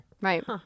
Right